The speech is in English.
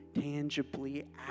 tangibly